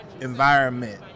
environment